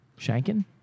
Shanking